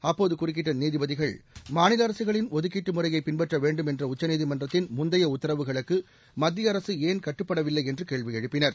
அப்போது குறுக்கிட்ட நீதிபதிகள் மாநில அரசுகளின் ஒதுக்கீட்டு முறையை பின்பற்ற வேண்டும் என்ற உச்சநீதிமன்றத்தின் முந்தைய உத்தரவுகளுக்கு மத்திய அரசு ஏன் கட்டுப்படவில்லை என்று கேள்வி எழுப்பினர்